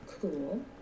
Cool